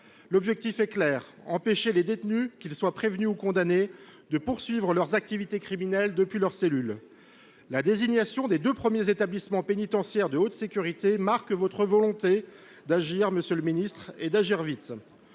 L’objectif est clair : empêcher les détenus, qu’ils soient prévenus ou condamnés, de poursuivre leurs activités criminelles depuis leur cellule. La désignation des deux premiers établissements pénitentiaires de haute sécurité marque votre volonté d’agir, monsieur le ministre d’État, et d’agir vite.